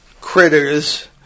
critters